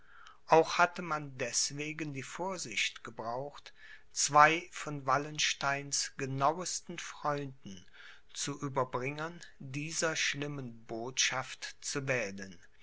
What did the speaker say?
auch hatte man deßwegen die vorsicht gebraucht zwei von wallensteins genauesten freunden zu ueberbringern dieser schlimmen botschaft zu wählen